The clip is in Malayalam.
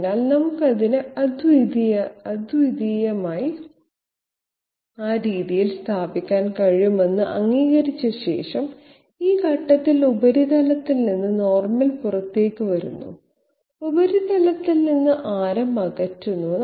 അതിനാൽ നമുക്ക് അതിനെ അദ്വിതീയമായി ആ രീതിയിൽ സ്ഥാപിക്കാൻ കഴിയുമെന്ന് അംഗീകരിച്ച ശേഷം ഈ ഘട്ടത്തിൽ ഉപരിതലത്തിൽ നിന്ന് നോർമൽ പുറത്തേക്ക് വരുന്നു ഉപരിതലത്തിൽ നിന്ന് ആരം അകറ്റുന്നു